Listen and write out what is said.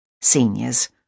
seniors